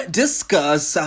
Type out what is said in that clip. discuss